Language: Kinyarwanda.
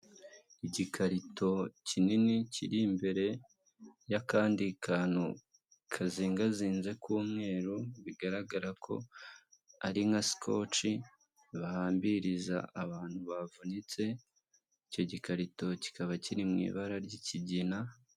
Igikarito kinini kiri imbere y'akandi kantu kazingazinze k'umweru, bigaragara ko ari nka sikoci bahambiriza abantu bavunitse, icyo gikarito kikaba kiri mu ibara ry'kigina.